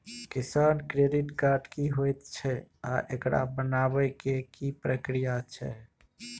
किसान credit card की होयत छै आ एकरा बनाबै के की प्रक्रिया छै?